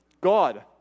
God